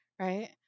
right